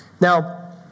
Now